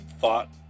thought